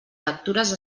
lectures